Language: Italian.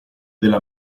della